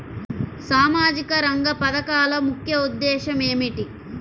సామాజిక రంగ పథకాల ముఖ్య ఉద్దేశం ఏమిటీ?